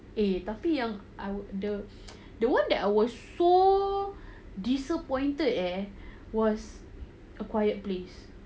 eh tapi yang the one that I was the the one I was so disappointed eh was a quiet place